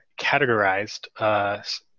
categorized